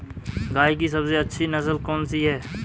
गाय की सबसे अच्छी नस्ल कौनसी है?